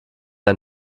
ein